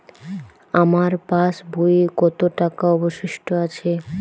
আমার পাশ বইয়ে কতো টাকা অবশিষ্ট আছে?